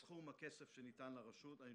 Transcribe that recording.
סכום הכסף שניתן לרשות על ידי המדינה אני